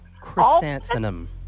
Chrysanthemum